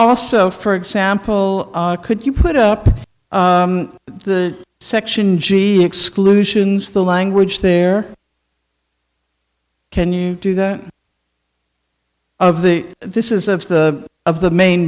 also for example could you put up the section g exclusions the language there can you do that of the this is of the of the main